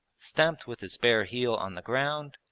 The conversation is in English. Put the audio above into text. stamped with his bare heel on the ground,